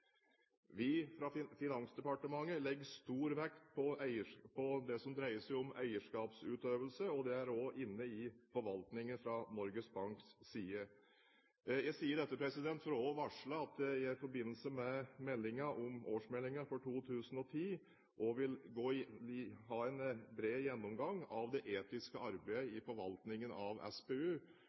Vi fra Finansdepartementet legger stor vekt på det som dreier seg om eierskapsutøvelse, og det er også inne i forvaltningen fra Norges Banks side. Jeg sier dette for å varsle at jeg i forbindelse med årsmeldingen for 2010 også vil ha en bred gjennomgang av det etiske arbeidet i forvaltningen av SPU.